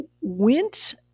went